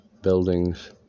buildings